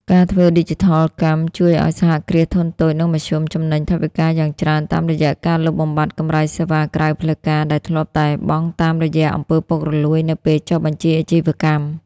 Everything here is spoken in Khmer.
ការធ្វើឌីជីថលកម្មជួយឱ្យ សហគ្រាសធុនតូច និងមធ្យម ចំណេញថវិកាយ៉ាងច្រើនតាមរយៈការលុបបំបាត់ "កម្រៃសេវាក្រៅផ្លូវការ" ដែលធ្លាប់តែបង់តាមរយៈ អំពើពុករលួយ នៅពេលចុះបញ្ជីអាជីវកម្ម។